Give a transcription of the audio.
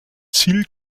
ziel